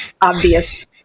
obvious